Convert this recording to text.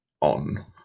on